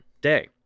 day